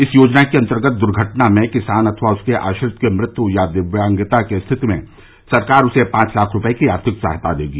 इस योजना के अंतर्गत दुर्घटना में किसान अथवा उसके आश्रित की मृत्यु या दिव्यागता की स्थिति में सरकार उन्हें पांच लाख रूपए की आर्थिक सहायता देगी